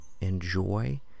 enjoy